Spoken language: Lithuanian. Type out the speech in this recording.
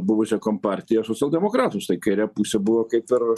buvusią kompartiją socialdemokratus tai kairė pusė buvo kaip ir